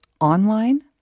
online